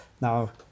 Now